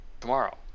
tomorrow